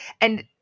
and-